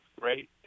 great